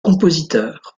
compositeur